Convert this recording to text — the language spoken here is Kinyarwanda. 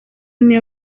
niyo